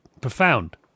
profound